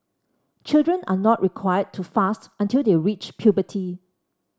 children are not required to fast until they reach puberty